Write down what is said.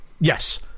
Yes